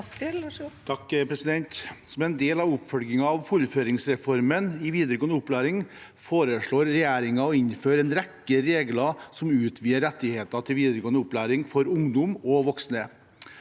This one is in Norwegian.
(A) Som en del av opp- følgingen av fullføringsreformen i videregående opplæring foreslår regjeringen å innføre en rekke regler som utvider rettighetene til videregående opplæring for ungdom og voksne,